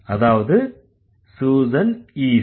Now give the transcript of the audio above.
அதாவது Susan is